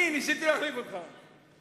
אני ניסיתי להחליף אותך.